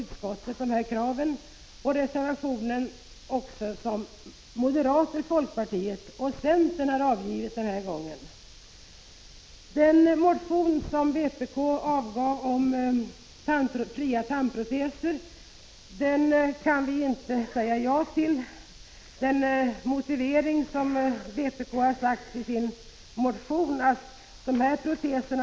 Utskottet avstyrker även den reservation i frågan som har avgivits av moderata samlingspartiet och folkpartiet, till vilken även centern har anslutit sig. Vpk:s motion om kostnadsfria tandproteser har utskottet inte kunnat tillstyrka. Vpk:s motivering för sitt yrkande är att tandproteser bör vara kostnadsfria i likhet med övriga proteser.